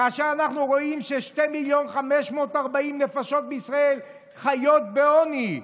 כאשר אנחנו רואים ששני מיליון ו-540,000 נפשות בישראל חיות בעוני,